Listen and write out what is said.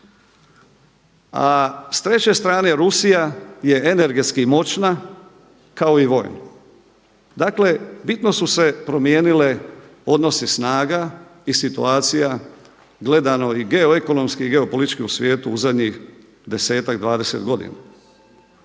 A s treće strane Rusija je energetski moćna kao i vojno. Dakle, bitno su se promijenili odnosi snaga i situacija gledano i geoekonomski i geopolitički u svijetu u zadnjih 10-tak, 20 godina.